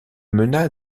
mena